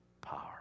power